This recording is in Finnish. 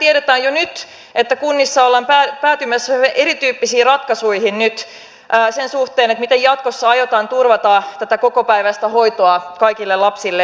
mehän tiedämme jo nyt että kunnissa ollaan päätymässä erityyppisiin ratkaisuihin nyt sen suhteen miten jatkossa aiotaan turvata tätä kokopäiväistä hoitoa kaikille lapsille